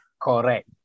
Correct